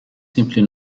simply